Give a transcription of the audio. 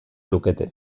lukete